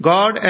God